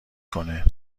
کنه